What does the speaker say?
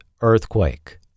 Earthquake